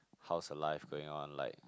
how's her life going on like